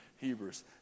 Hebrews